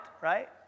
right